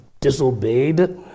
disobeyed